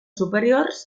superiors